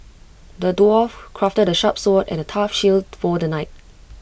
the dwarf crafted A sharp sword and A tough shield for the knight